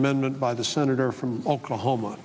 amendment by the senator from oklahoma